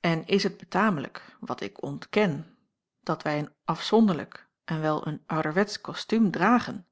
en is het betamelijk wat ik ontken dat wij een afzonderlijk en wel een ouderwetsch kostuum dragen